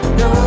no